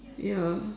ya